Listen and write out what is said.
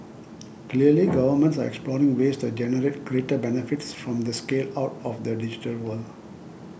clearly governments are exploring ways to generate greater benefits from the scale out of the digital world